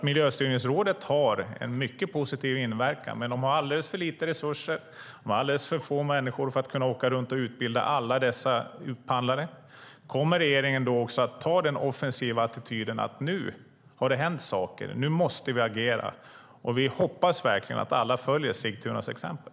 Miljöstyrningsrådet har en mycket positiv inverkan, men de har alldeles för lite resurser och för lite personal för att kunna åka runt och utbilda alla upphandlare. Kommer regeringen att ha den offensiva attityden att nu har det hänt saker, nu måste vi agera, och vi hoppas att alla följer Sigtunas exempel?